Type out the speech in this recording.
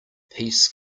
peace